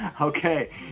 Okay